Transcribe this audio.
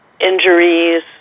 injuries